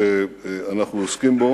שאנחנו עוסקים בו